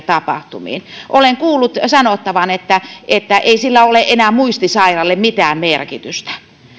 tapahtumiin olen kuullut sanottavan että että ei sillä ole enää muistisairaalle mitään merkitystä